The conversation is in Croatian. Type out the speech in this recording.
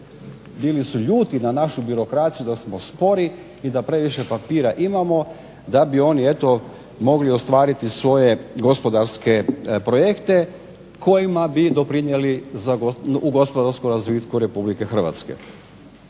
bili su ljudi na našu birokraciju da smo spori i da previše papira imamo da bi oni mogli ostvariti svoje gospodarske projekte kojima bi doprinijeli u gospodarskom razvitku RH.